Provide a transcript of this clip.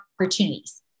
opportunities